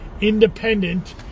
Independent